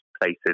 places